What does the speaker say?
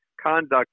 conduct